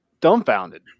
dumbfounded